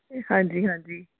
ਹਾਂਜੀ ਹਾਂਜੀ